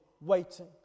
waiting